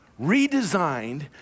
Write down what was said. redesigned